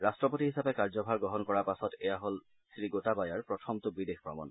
ৰট্টপতি হিচাপে কাৰ্যভাৰ গ্ৰহণ কৰাৰ পাছত এয়া হ'ল শ্ৰী গোটাবায়াৰ প্ৰথমটো বিদেশ ভ্ৰমণ